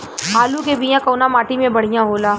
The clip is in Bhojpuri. आलू के बिया कवना माटी मे बढ़ियां होला?